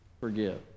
forgive